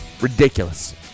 Ridiculous